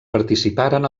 participaren